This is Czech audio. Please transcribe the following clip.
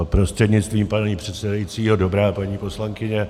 Prostřednictvím pana předsedajícího dobrá, paní poslankyně.